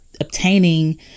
obtaining